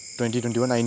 2021